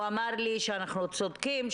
הוא אמר לי שאנחנו צודקים,